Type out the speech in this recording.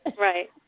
Right